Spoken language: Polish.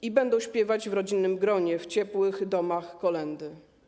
I będą śpiewać w rodzinnym gronie w ciepłych domach kolędy.